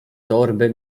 torby